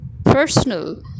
personal